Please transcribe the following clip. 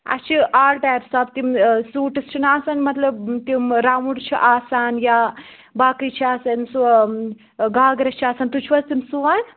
اَسہِ چھِ آل ٹایپٕس آف تِم سوٗٹٕس چھِنہٕ آسان مطلب تِم راوُنٛڈ چھِ آسان یا باقٕے چھِ آسان سُہ گاگرا چھِ آسان تُہۍ چھُو حظ تِم سُوان